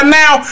now